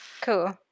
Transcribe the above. Cool